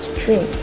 dream